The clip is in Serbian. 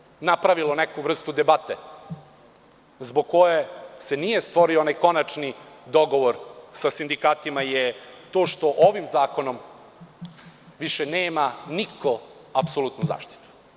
Ono što je takođe napravilo neku vrstu debate, zbog čega se nije stvorio konačni dogovor sa sindikatima je to što ovim zakonom više nema niko apsolutnu zaštitu.